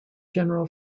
general